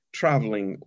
traveling